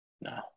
No